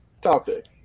topic